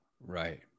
Right